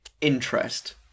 interest